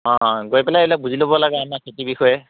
অঁ গৈ পেলাই এইবিলাক বুজি ল'ব লাগে আমাৰ খেতিৰ বিষয়ে